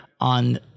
on